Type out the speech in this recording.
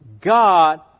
God